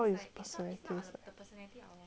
mm